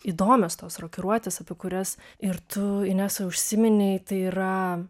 įdomios tos rokiruotės apie kurias ir tu inesa užsiminei tai yra